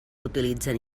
utilitzen